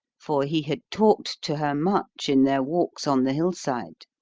for he had talked to her much in their walks on the hillside.